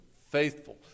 faithful